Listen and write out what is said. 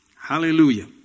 Hallelujah